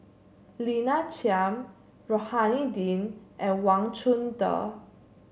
Lina Chiam Rohani Din and Wang Chunde